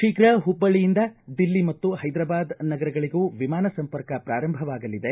ಶೀಘ್ರ ಹುಬ್ಬಳ್ಳಿಯಿಂದ ದಿಲ್ಲಿ ಮತ್ತು ಹೈದ್ರಾಬಾದ್ ನಗರಗಳಿಗೂ ವಿಮಾನ ಸಂಪರ್ಕ ಪ್ರಾರಂಭವಾಗಲಿದೆ